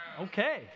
Okay